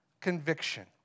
conviction